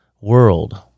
world